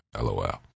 LOL